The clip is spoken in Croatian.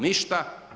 Ništa.